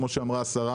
כמו שאמרה השרה,